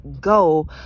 go